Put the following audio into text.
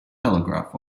telegraph